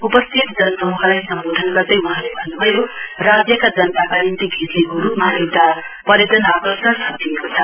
उपस्थित जनसमूहलाई सम्बोधन गर्दै वहाँले भन्न्भयो राज्यका जनताका निम्ति घिर्लिङको रूपमा एउटा पर्यटन आकर्षण थपिएको छ